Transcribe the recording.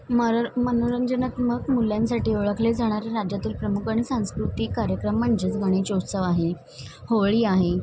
म मनोरंजनात्मक मुल्यांसाठी वळखले जाणारे राज्यातील प्रमुख आणि सांस्कृतिक कार्यक्रम म्हणजेच गणेशोत्सव आहे होळी आहे